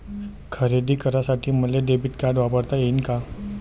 खरेदी करासाठी मले डेबिट कार्ड वापरता येईन का?